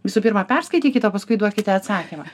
visų pirma perskaitykit o paskui duokite atsakymą